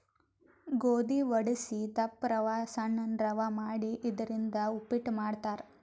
ಗೋಧಿ ವಡಸಿ ದಪ್ಪ ರವಾ ಸಣ್ಣನ್ ರವಾ ಮಾಡಿ ಇದರಿಂದ ಉಪ್ಪಿಟ್ ಮಾಡ್ತಾರ್